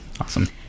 Awesome